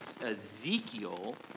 Ezekiel